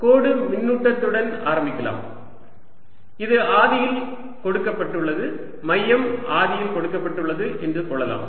எனவே கோடு மின்னூட்டத்துடன் ஆரம்பிக்கலாம் இது ஆதியில் கொடுக்கப்பட்டுள்ளது மையம் ஆதியில் கொடுக்கப்பட்டுள்ளது என்று சொல்லலாம்